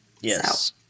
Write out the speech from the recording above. Yes